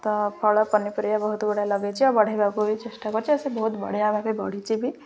ତ ଫଳ ପନିପରିବା ବହୁତଗୁଡ଼ାଏ ଲଗେଇଛି ଆଉ ବଢେଇବାକୁ ବି ଚେଷ୍ଟା କରୁଛି ଆଉ ସେ ବହୁ ବଢ଼ିଆ ଭବେ ବଢ଼ିଛି ବି